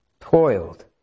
toiled